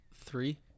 Three